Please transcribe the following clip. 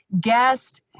guest